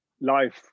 life